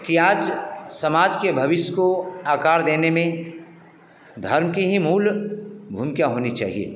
कि आज समाज के भविष्य को आकार देने में धर्म की ही मूल भूमिका होनी चाहिए